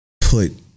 put